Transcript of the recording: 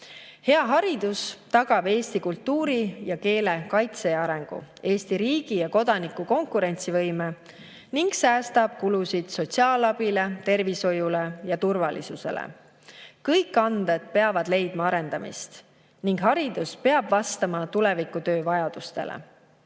Hea haridus tagab eesti kultuuri ja keele kaitse ja arengu, Eesti riigi ja kodanike konkurentsivõime ning säästab kulusid sotsiaalabile, tervishoiule ja turvalisusele. Kõik anded peavad leidma arendamist ning haridus peab vastama tulevikutöö vajadustele.